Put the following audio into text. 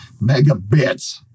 Megabits